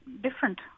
different